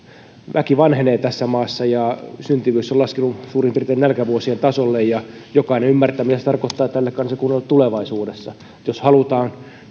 väki vanhenee tässä maassa ja syntyvyys on laskenut suurin piirtein nälkävuosien tasolle jokainen ymmärtää mitä se tarkoittaa tälle kansakunnalle tulevaisuudessa jos halutaan